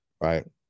Right